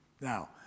Now